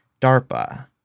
DARPA